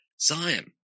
Zion